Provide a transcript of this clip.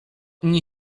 nie